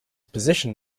position